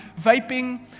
vaping